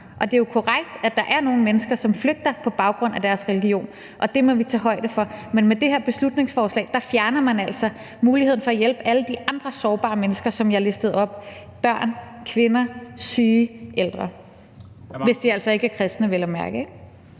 Og det er jo korrekt, at der er nogle mennesker, som flygter på baggrund af deres religion, og det må vi tage højde for. Men med det her beslutningsforslag fjerner man altså muligheden for at hjælpe alle de andre sårbare mennesker, som jeg listede op: børn, kvinder, syge, ældre – hvis de altså vel at mærke